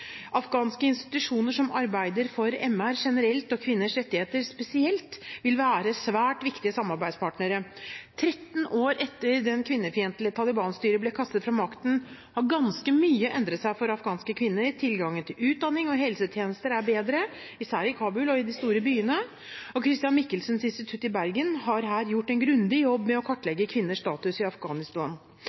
Afghanske institusjoner som arbeider for menneskerettigheter generelt og kvinners rettigheter spesielt, vil være svært viktige samarbeidspartnere. 13 år etter at det kvinnefiendtlige Taliban-styret ble kastet fra makten, har ganske mye endret seg for afghanske kvinner. Tilgangen til utdanning og helsetjenester er bedre, især i Kabul og de store byene. Christian Michelsens Institutt i Bergen har gjort en grundig jobb med å kartlegge kvinners status i Afghanistan.